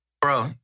Bro